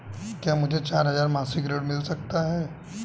क्या मुझे चार हजार मासिक ऋण मिल सकता है?